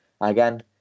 again